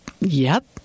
Yep